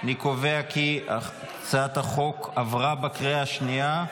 אני קובע כי הצעת החוק עברה בקריאה השנייה.